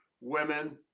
women